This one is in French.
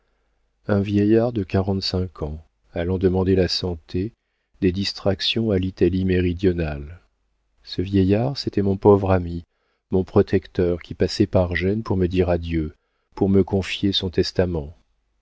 un vieillard de quarante-cinq ans allant demander la santé des distractions à l'italie méridionale ce vieillard c'était mon pauvre ami mon protecteur qui passait par gênes pour me dire adieu pour me confier son testament